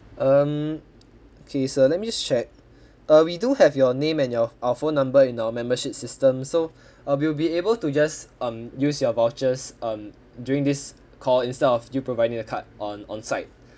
um okay sir let me just check err we do have your name and your our phone number in our membership system so uh we'll be able to just um use your vouchers um during this call instead of you providing the card on on site